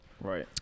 right